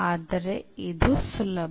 ಆದರೆ ಇದು ಸುಲಭ